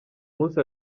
munsi